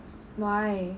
why